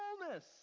fullness